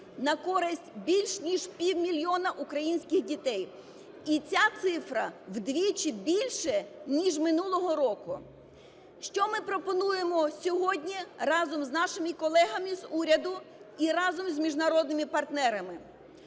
на користь більше, ніж півмільйона українських дітей. І ця цифра вдвічі більша, ніж минулого року. Що ми пропонуємо сьогодні разом з нашими колегами з уряду і разом з міжнародними партнерами.